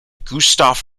gustaf